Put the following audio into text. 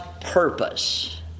purpose